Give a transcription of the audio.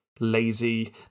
lazy